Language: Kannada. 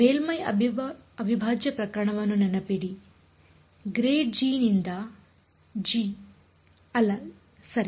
ಮೇಲ್ಮೈ ಅವಿಭಾಜ್ಯ ಪ್ರಕರಣವನ್ನು ನೆನಪಿಡಿ ∇g ನಿಂದ g ಅಲ್ಲ ಸರಿ